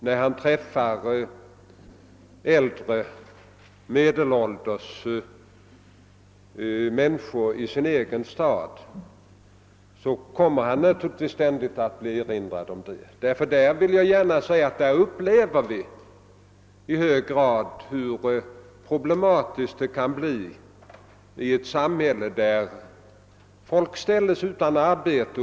När han där träffar äldre och medelålders människor blir han ständigt erinrad om det. Vi upplever ju i hög grad hur problematiskt det kan vara i ett samhälle när folk ställes utan arbete.